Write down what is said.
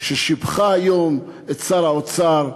ששיבחה היום את שר האוצר,